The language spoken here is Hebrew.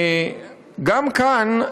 גם כאן,